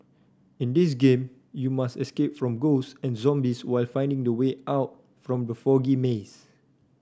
in this game you must escape from ghost and zombies while finding the way out from the foggy maze